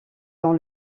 dans